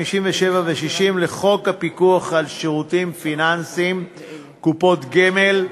57 ו-60 לחוק הפיקוח על שירותים פיננסיים (קופות גמל),